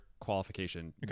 qualification